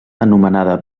anomenada